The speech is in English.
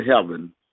heaven